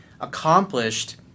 accomplished